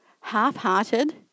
Half-hearted